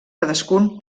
cadascun